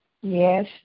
Yes